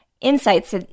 insights